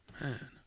Man